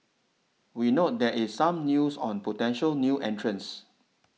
we note that is some news on potential new entrants